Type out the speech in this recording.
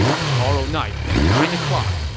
tomorrow night at nine o'clock,